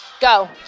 go